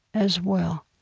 as well.